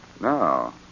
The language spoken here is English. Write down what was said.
No